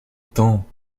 temps